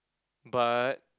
but